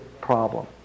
problem